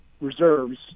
reserves